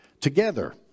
together